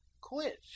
quit